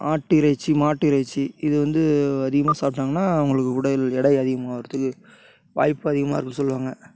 ஆட்டு இறைச்சி மாட்டு இறைச்சி இது வந்து அதிகமாக சாப்பிட்டாங்கன்னா அவங்களுக்கு உடல் எடை அதிகமாக ஆகுறதுக்கு வாய்ப்பு அதிகமாக இருக்குன்னு சொல்லுவாங்கள்